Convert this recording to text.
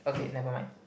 okay nevermind